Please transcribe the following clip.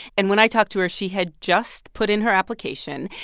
and when i talked to her, she had just put in her application.